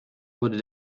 wurde